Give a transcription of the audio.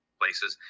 places